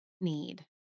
need